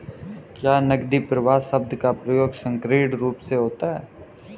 क्या नकदी प्रवाह शब्द का प्रयोग संकीर्ण रूप से होता है?